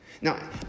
Now